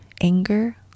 Anger